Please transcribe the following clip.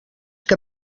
que